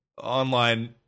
online